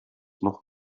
noch